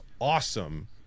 awesome